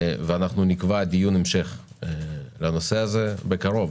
אנחנו נקבע דיון המשך בנושא הזה בקרוב,